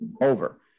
over